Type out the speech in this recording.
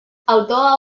autoa